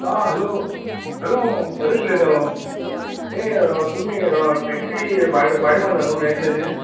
आं hello hello Paresh उलयतालो हें तुमी टॅक्सी भाड भाडें मारता न्हय रँट न्हय